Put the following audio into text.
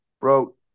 Bro